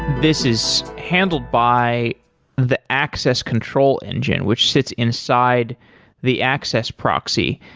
this is handled by the access control engine, which sits inside the access proxy,